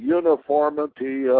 uniformity